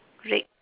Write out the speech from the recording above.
red